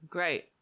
Great